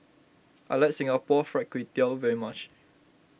I like Singapore Fried Kway Tiao very much